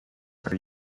are